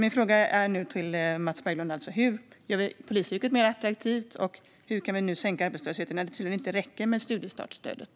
Mina frågor till Mats Berglund är nu alltså: Hur gör vi polisyrket mer attraktivt? Och hur kan vi sänka arbetslösheten när det tydligen inte räcker med studiestartsstödet?